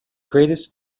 greatest